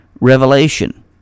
revelation